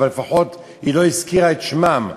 לפחות היא לא הזכירה את שמם,